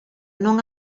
non